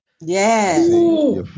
Yes